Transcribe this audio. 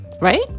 right